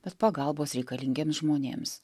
bet pagalbos reikalingiems žmonėms